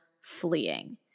fleeing